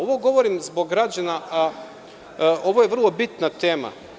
Ovo govorim zbog građana, vrlo je bitna tema.